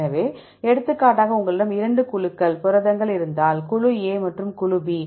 எனவே எடுத்துக்காட்டாக உங்களிடம் 2 குழுக்கள் புரதங்கள் இருந்தால் குழு A மற்றும் குழு B